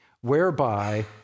whereby